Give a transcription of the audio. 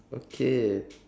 okay